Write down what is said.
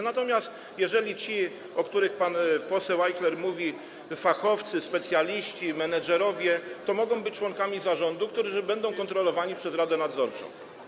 Natomiast ci, o których pan poseł Ajchler mówi: fachowcy, specjaliści, menedżerowie, mogą być członkami zarządu, którzy będą kontrolowani przez radę nadzorczą.